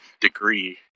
degree